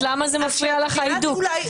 למה מפריע לך --- אולי הפרקליטות תגיד